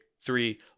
Three